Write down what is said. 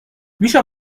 میشه